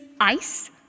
ice